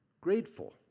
Grateful